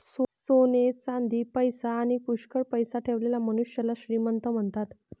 सोने चांदी, पैसा आणी पुष्कळ पैसा ठेवलेल्या मनुष्याला श्रीमंत म्हणतात